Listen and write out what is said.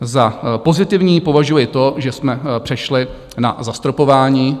Za pozitivní považuji to, že jsme přešli na zastropování.